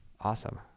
awesome